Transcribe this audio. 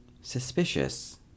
suspicious